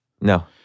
No